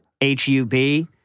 h-u-b